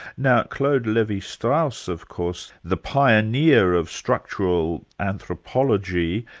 now claude levi-strauss of course, the pioneer of structural anthropology,